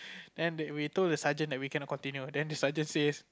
then they we told the sergeant that we cannot continue then the sergeant says